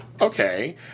okay